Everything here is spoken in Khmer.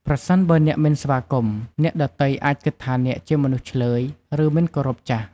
ប្រសិនបើអ្នកមិនស្វាគមន៍ អ្នកដទៃអាចគិតថាអ្នកជាមនុស្សឈ្លើយ ឬមិនគោរពចាស់។